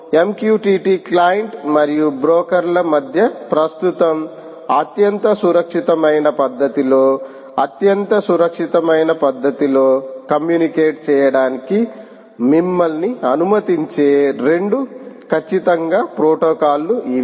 MQTT client మరియు బ్రోకర్ల మధ్య ప్రస్తుతం అత్యంత సురక్షితమైన పద్ధతిలో అత్యంత సురక్షితమైన పద్ధతిలో కమ్యూనికేట్ చేయడానికి మిమ్మల్ని అనుమతించే రెండు ఖచ్చితంగా ప్రోటోకాల్లు ఇవి